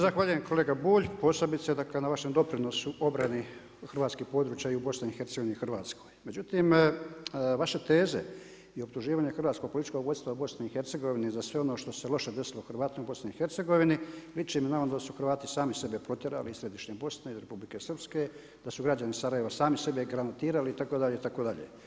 Zahvaljujem kolega Bulj, posebice dakle na vašem doprinosu u obrani hrvatskih područja i u BiH-u Hrvatskoj, međutim, vaše teze i optuživanja hrvatsko-političkog vodstva u BiH-u za sve ono što se loše desilo Hrvatima u BiH-u, liči mi malo da su Hrvati sami sebe potjerali iz središnje Bosne i Republike Srpske, da su građani Sarajeva sami sebe granatirali, itd., itd.